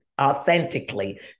authentically